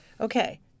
okay